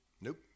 nope